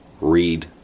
read